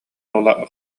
уола